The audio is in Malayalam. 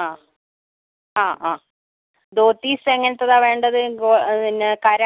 ആ ആ ആ ദോത്തീസ് എങ്ങനത്തേതാണ് വേണ്ടത് ഗോ അത് പിന്നെ കര